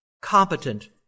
competent